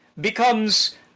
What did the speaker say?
becomes